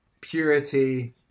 purity